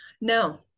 No